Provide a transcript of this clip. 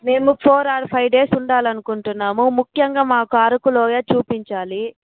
మేము four or five days ఉండాలనుకుంటున్నాము ముఖ్యంగా మాకు అరకులోయ చూపించాలి